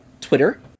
Twitter